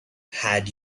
had